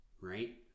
Right